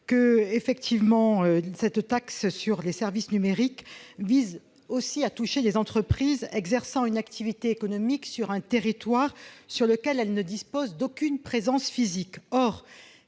36 rectifié. La taxe sur les services numériques vise également à toucher les entreprises exerçant une activité économique sur un territoire où elles ne disposent d'aucune présence physique.